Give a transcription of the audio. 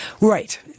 Right